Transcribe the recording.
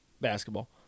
basketball